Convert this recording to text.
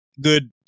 good